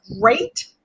great